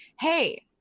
hey